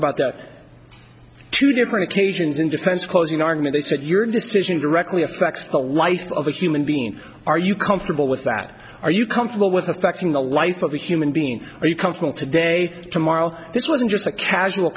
about the two different occasions in defense closing argument they said your decision directly affects the life of a human being are you comfortable with that are you comfortable with affecting the life of a human being or you can call today tomorrow this wasn't just a casual